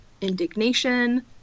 indignation